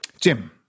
Jim